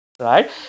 right